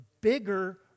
bigger